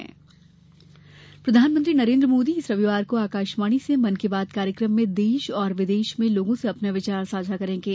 मन की बात प्रधानमंत्री नरेन्द्र मोदी इस रविवार को आकाशवाणी से मन की बात कार्यक्रम में देश और विदेश में लोगों से अपने विचार साझा करेंगे